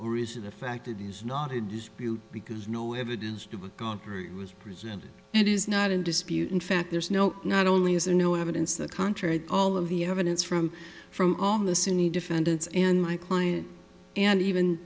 or is it a fact it is not a dispute because no evidence to the contrary was presented and is not in dispute in fact there is no not only is there no evidence the contrary all of the evidence from from all the sunni defendants and my client and even